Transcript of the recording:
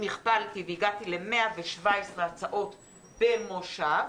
אם הכפלתי והגעתי ל-117 הצעות במושב,